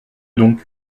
donc